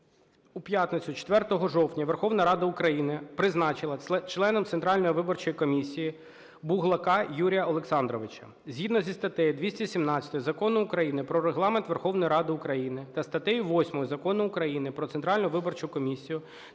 у п'ятницю, 4 жовтня, Верховна Рада України призначила членом Центральної виборчої комісії Буглака Юрія Олександровича. Згідно зі статтею 217 Закону України "Про Регламент Верховної Ради України" та статтею 8 Закону України "Про Центральну виборчу комісію"